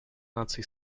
наций